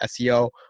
SEO